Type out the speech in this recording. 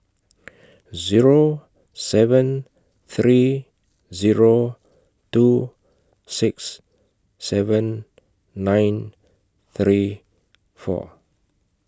Zero seven three Zero two six seven nine three four